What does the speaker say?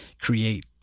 create